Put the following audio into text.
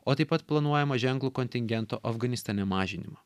o taip pat planuojama ženklų kontingento afganistane mažinimą